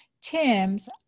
Tim's